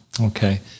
Okay